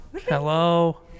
Hello